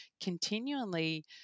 continually